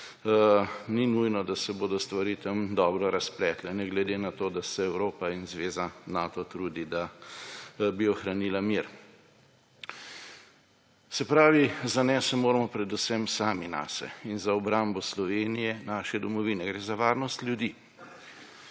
ni nujno, da se bodo stvari tam dobro razpletle, ne glede na to, da se Evropa in zveza Nato trudi, da bi ohranila mir. Se pravi, zanesti se moramo predvsem sami nase in za obrambo Slovenije, naše domovine. Gre za varnost ljudi.